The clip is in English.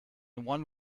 one